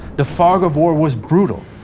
the fog of war was brutal,